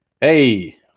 Hey